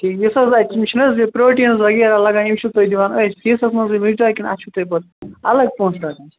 ٹھیٖک یُس حظ اَتہِ یہِ چھُنہٕ حظ یہِ پرٚوٹیٖن حظ وغیرہ لگان یِم چھِوتُہۍ دِوان أتۍ فیٖسَس منٛزٕے وُنیٛکتام کِنہٕ اَتھ چھُو تُہۍ پتہٕ الگ پۄنٛسہٕ رَٹان